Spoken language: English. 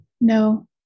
No